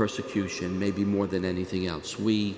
persecution maybe more than anything else we